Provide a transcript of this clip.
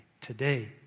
Today